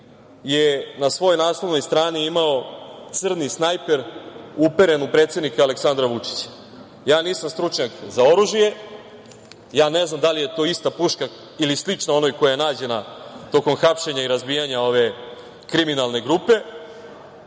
je na svojoj naslovnoj strani imao crni snajper uperen u predsednika Aleksandra Vučića. Ja nisam stručnjak za oružje, ja ne znam da li je to ista puška ili slična onoj koja je nađena tokom hapšenja i razbijanja ove kriminalne grupe,